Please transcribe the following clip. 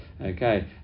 Okay